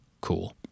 Cool